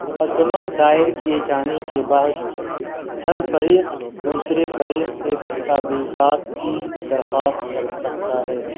مقدمہ دائر کیے جانے کے بعد ہر فریق دوسرے فریق سے دستاویزات کی درخواست کر سکتا ہے